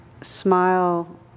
smile